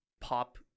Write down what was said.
pop